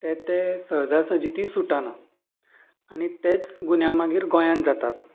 ते ते सहजासहजी ती सुटना आनी तेच गुन्यांव मागीर गोंयान जातात